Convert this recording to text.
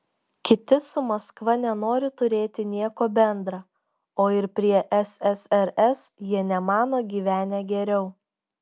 kiti su maskva nenori turėti nieko bendra o ir prie ssrs jie nemano gyvenę geriau